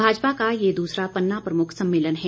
भाजपा का ये दूसरा पन्ना प्रमुख सम्मेलन है